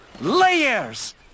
Layers